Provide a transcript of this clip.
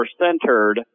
centered